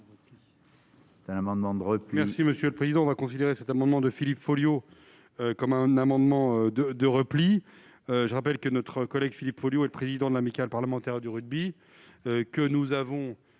est un amendement de repli.